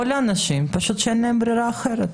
או לאנשים שאין להם ברירה אחרת.